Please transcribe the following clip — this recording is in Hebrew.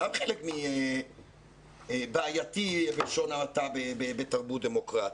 זה גם חלק בעייתי בלשון המעטה בתרבות דמוקרטית.